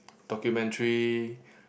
documentary